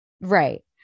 Right